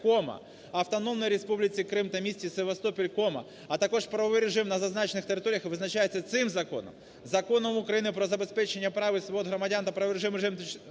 (кома), Автономній Республіці Крим та місті Севастополь (кома), а також правовий режим на зазначених територіях визначається цим законом, Законом України про забезпечення прав і свобод громадян та правовий режим,